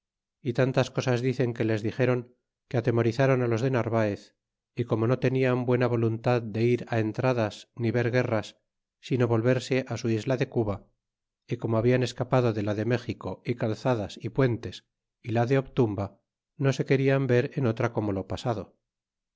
y tantas cosas dicen que les dixeron que atemorizaron los de narvaez y como no tenían buena voluntad de ir á entradas ni ver guerras sino volverse á su isla de cuba y como hablan escapado de la de méxico y calzadas y puentes y la de obtumba no se quedan ver en otra como lo pasado